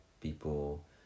people